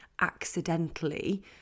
accidentally